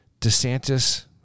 DeSantis